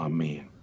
Amen